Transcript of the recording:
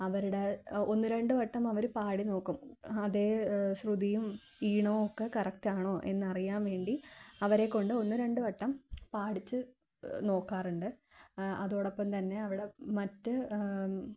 അവരുടെ ഒന്നുരണ്ട് വട്ടം അവര് പാടിനോക്കും അതേ ശ്രുതിയും ഈണവും ഒക്കെ കറക്റ്റാണോ എന്ന് അറിയാന് വേണ്ടി അവരെക്കൊണ്ട് ഒന്നുരണ്ടു വട്ടം പാടിച്ച് നോക്കാറുണ്ട് അതോടൊപ്പം തന്നെ അവിടെ മറ്റു